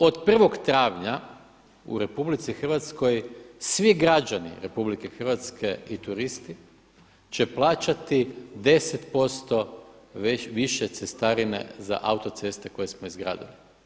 Od prvog travnja u RH, svi građani RH i turisti će plaćati 10% više cestarine za autoceste koje smo izgradili.